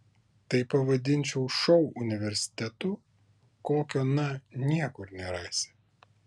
tai pavadinčiau šou universitetu kokio na niekur nerasi